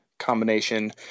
combination